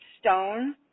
stone